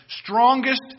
strongest